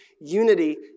unity